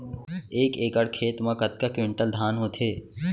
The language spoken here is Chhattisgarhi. एक एकड़ खेत मा कतका क्विंटल धान होथे?